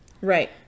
right